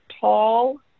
tall